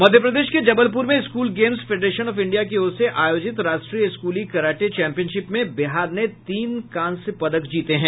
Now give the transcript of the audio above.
मध्य प्रदेश के जबलपुर में school games federation of India की ओर से आयोजित राष्ट्रीय स्कूली कराटे चैम्पियनशिप में बिहार ने तीन कांस्य पदक जीते हैं